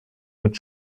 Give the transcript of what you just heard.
mit